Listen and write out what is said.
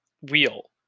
wheel